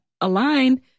aligned